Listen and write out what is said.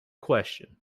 question